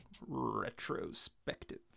retrospective